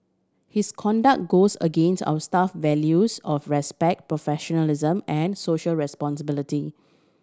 his conduct goes against our staff values of respect professionalism and social responsibility